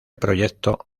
proyecto